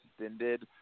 extended